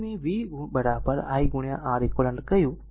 તેથી મેં v i Req કહ્યું